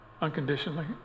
unconditionally